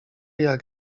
jak